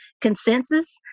consensus